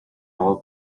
all